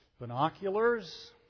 binoculars